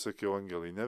sakiau angelai ne